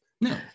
No